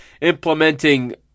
implementing